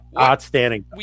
Outstanding